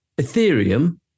Ethereum